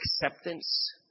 acceptance